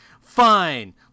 Fine